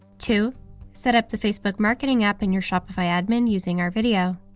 two set up the facebook marketing app in your shopify admin using our video.